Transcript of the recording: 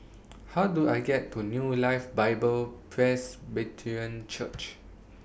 How Do I get to New Life Bible Presbyterian Church